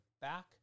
back